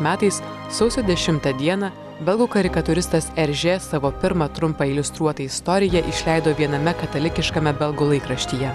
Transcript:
metais sausio dešimtą dieną belgų karikatūristas eržė savo pirmą trumpą iliustruotą istoriją išleido viename katalikiškame belgų laikraštyje